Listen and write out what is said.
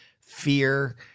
fear